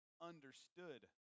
understood